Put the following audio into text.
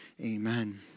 Amen